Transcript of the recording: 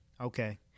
Okay